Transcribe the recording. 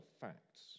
facts